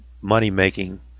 money-making